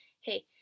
hey